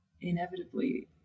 inevitably